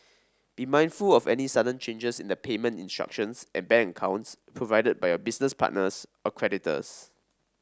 be mindful of any sudden changes in the payment instructions and bank accounts provided by your business partners or creditors